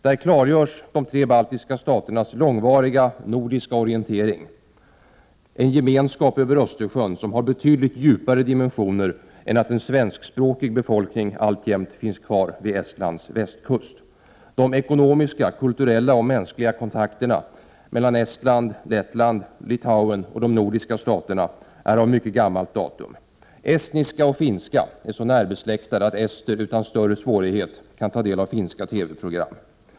Där klargörs de tre baltiska staternas långvariga nordiska orientering, en gemenskap över Östersjön som har betydligt djupare dimensioner än att en svenskspråkig befolkning alltjämt finns kvar vid Estlands västkust. De ekonomiska, kulturella och mänskliga kontakterna mellan Estland, Lettland, Litauen och de nordiska staterna är av mycket gammalt datum. Estniska och finska är så närbesläktade att ester utan större svårighet kan ta del av finska TV-program.